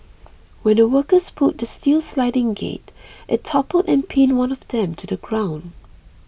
when the workers pulled the steel sliding gate it toppled and pinned one of them to the ground